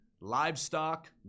Livestock